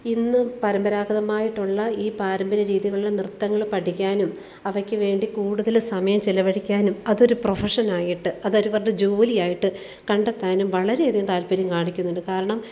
ഇന്നും പരമ്പരാഗതമായിട്ടുള്ള ഈ പാരമ്പര്യ രീതികളിലെ നൃത്തങ്ങൾ പഠിക്കാനും അവയ്ക്ക് വേണ്ടി കൂടുതൽ സമയം ചെലവഴിക്കാനും അതൊരു പ്രൊഫഷനായിട്ട് അതൊരു അവരുടെ ജോലിയായിട്ട് കണ്ടെത്താനും വളരെ അധികം താൽപ്പര്യം കാണിക്കുന്നുണ്ട് കാരണം